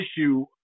issue